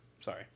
sorry